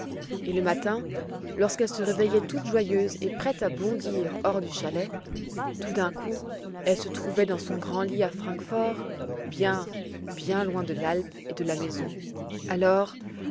et le matin lorsqu'elle se réveillait toute joyeuse et prête à bondir hors du chalet tout d'un coup elle se trouvait dans son grand lit à francfort bien bien loin de l'alpe et de la maison alors